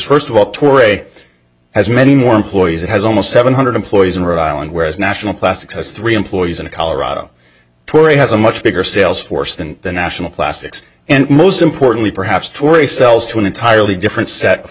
first of all tour has many more employees it has almost seven hundred employees in rhode island whereas national plastics has three employees in colorado tory has a much bigger sales force than the national plastics and most importantly perhaps tori sells to an entirely different set of